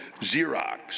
Xerox